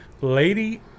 Lady